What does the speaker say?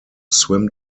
swim